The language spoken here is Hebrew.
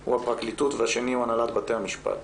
הוא הפרקליטות והשני הוא הנהלת בתי המשפט.